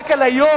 רק על היום,